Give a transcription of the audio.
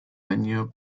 año